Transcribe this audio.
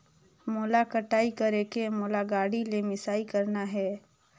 मोला कटाई करेके मोला गाड़ी ले मिसाई करना हे?